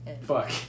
Fuck